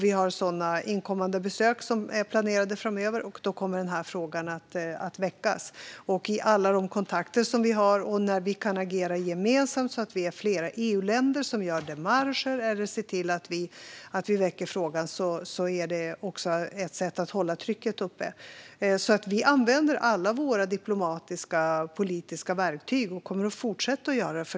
Vi har sådana inkommande besök planerade framöver, och då kommer den här frågan att väckas. Att ta upp detta i alla kontakter vi har och när vi kan agera gemensamt, till exempel när vi är flera EU-länder som gör démarcher, är också ett sätt att hålla trycket uppe. Vi använder alltså alla våra diplomatiska och politiska verktyg och kommer att fortsätta att göra det.